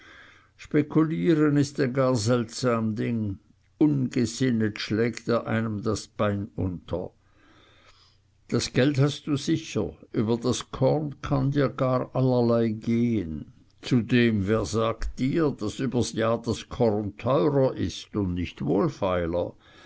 spekulieren ist gar ein seltsam ding ungesühnt schlägt es einem das bein unter das geld hast du sicher über das korn kann dir gar allerlei gehen zudem wer sagt dir daß übers jahr das korn teurer ist und nicht wohlfeiler